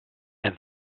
and